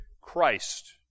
Christ